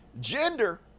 gender